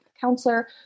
counselor